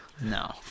No